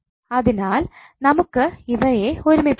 അതിനാൽ നമുക്ക് ഇവയെ ഒരുമിപ്പിക്കാം